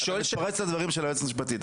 אני שואל --- אתה מתפרץ לדברים של היועצת המשפטית.